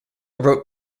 wrote